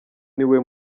niwe